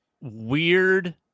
Weird